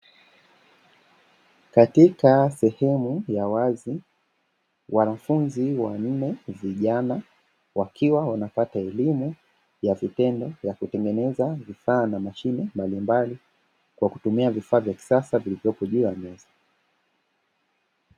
Katika sehemu ya wazi wanafunzi wanne vijana wakiwa wanapata elimu ya vitendo ya kutengeneza vifaa na mashine mbalimbali kwa kutumia vifaa vya kisasa vilivyopo juu ya meza.